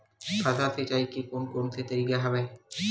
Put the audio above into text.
फसल सिंचाई के कोन कोन से तरीका हवय?